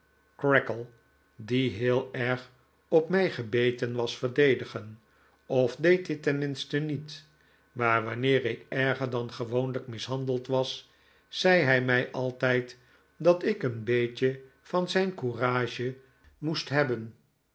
creakle die heel erg op mij gebeten was verdedigen of deed dit tenminste niet maar wanneer ik erger dan gewoonlijk mishandeld was zei hij mij altijd dat ik een beetje van zijn courage moest hebben